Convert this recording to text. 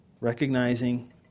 recognizing